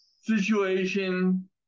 situation